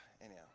Anyhow